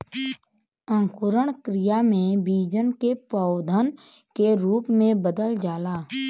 अंकुरण क्रिया में बीजन के पौधन के रूप में बदल जाला